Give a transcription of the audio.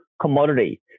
commodity